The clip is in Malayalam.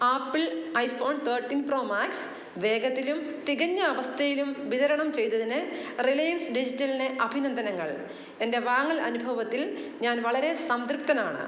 apple iPhone thirteen Pro Max വേഗത്തിലും തികഞ്ഞ അവസ്ഥയിലും വിതരണം ചെയ്തതിന് റിലയൻസ് ഡിജിറ്റലിന് അഭിനന്ദനങ്ങൾ എന്റെ വാങ്ങൽ അനുഭവത്തിൽ ഞാൻ വളരെ സംതൃപ്തനാണ്